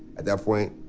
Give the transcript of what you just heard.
at that point,